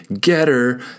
Getter